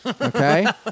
Okay